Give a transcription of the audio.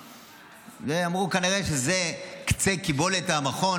ואמרו: כנראה זה קצה קיבולת המכון,